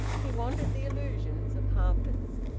he wanted the illusions of harper's.